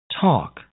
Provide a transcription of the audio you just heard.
talk